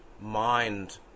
mind